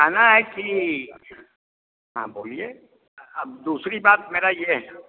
कहना है कि हाँ बोलिए अब दूसरी बात मेरी यह है